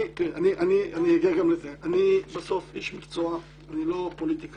אני בסוף איש מקצוע, אני לא פוליטיקאי,